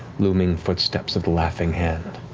looming footsteps of the laughing hand.